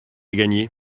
gagné